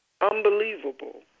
Unbelievable